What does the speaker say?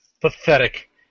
Pathetic